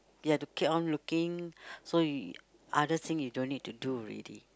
you have to keep on looking so you other thing you don't need to do already